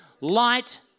light